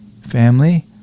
family